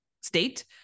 state